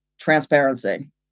transparency